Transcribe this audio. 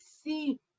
see